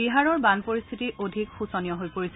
বিহাৰৰ বান পৰিস্থিতি অধিক শোচনীয় হৈ পৰিছে